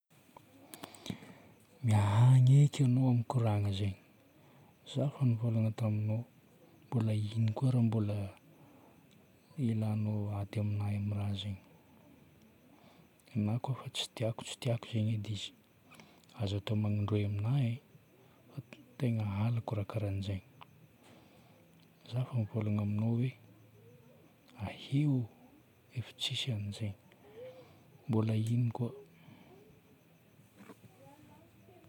Miahagna eky enao amin'ny koragna zegny.Za efa nivolagna taminao, mbola ino koa raha mbola ilanao ady amina amin'ny raha zegny. Nina kôfa tsy tiako tsy tiako zagny edy izy, aza atao manindroy amina e. Tegna halako raha karahan'izagny. Za efa nivolagna aminao hoe ahy io efa tsisy an'izagny, mbola ino koa?